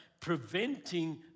preventing